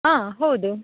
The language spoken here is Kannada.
ಹಾಂ ಹೌದು